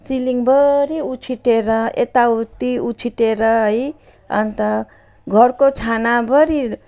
सिलिङभरि उछिटिएर यताउत्ति उछिटिएर है अन्त घरको छानाभरि